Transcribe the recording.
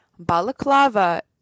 balaclava